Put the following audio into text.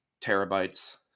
terabytes